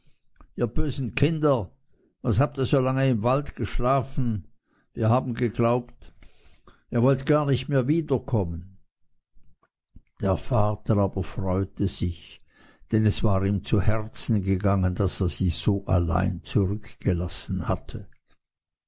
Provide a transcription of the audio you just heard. ihr bösen kinder was habt ihr so lange im walde geschlafen wir haben geglaubt ihr wolltet gar nicht wiederkommen der vater aber freute sich denn es war ihm zu herzen gegangen daß er sie so allein zurückgelassen hatte